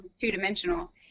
two-dimensional